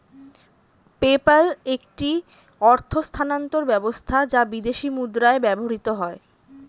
PayPal একটি অর্থ স্থানান্তর ব্যবস্থা যা বিদেশী মুদ্রায় ব্যবহৃত হয়